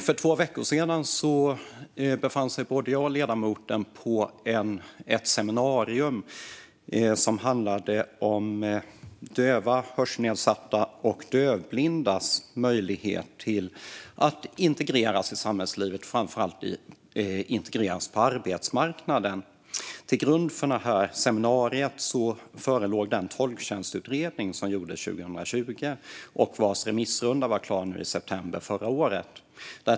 För två veckor sedan befann jag mig, liksom ledamoten, på ett seminarium som handlade om dövas, hörselnedsattas och dövblindas möjligheter att integreras i samhällslivet och framför allt på arbetsmarknaden. Till grund för detta seminarium låg den tolktjänstutredning som gjordes 2020 och vars remissrunda var klar i september förra året.